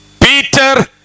Peter